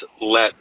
let